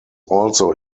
also